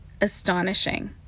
astonishing